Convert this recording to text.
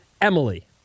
Emily